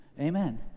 amen